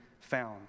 found